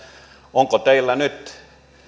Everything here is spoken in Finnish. onko teillä nyt